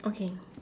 okay